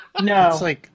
No